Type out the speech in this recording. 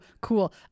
cool